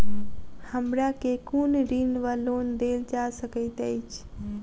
हमरा केँ कुन ऋण वा लोन देल जा सकैत अछि?